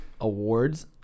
awards